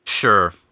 sure